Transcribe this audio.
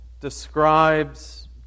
describes